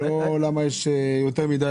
לא למה יש יותר מידי